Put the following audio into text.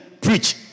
preach